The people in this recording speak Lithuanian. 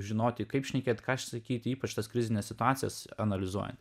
žinoti kaip šnekėt ką sakyt ypač tos krizines situacijas analizuojant